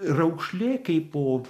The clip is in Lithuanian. raukšlė kaipo